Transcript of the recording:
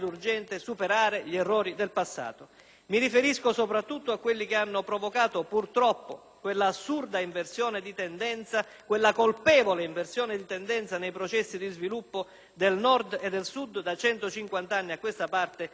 Mi riferisco soprattutto a quelli che hanno provocato purtroppo quell'assurda e colpevole inversione di tendenza nei processi di sviluppo del Nord e del Sud da 150 anni a questa parte e di cui ho già detto.